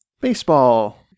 Baseball